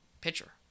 pitcher